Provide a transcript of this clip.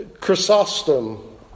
Chrysostom